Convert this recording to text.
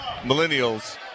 Millennials